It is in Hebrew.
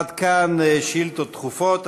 עד כאן שאילתות דחופות.